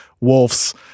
Wolves